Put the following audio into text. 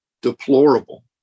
deplorable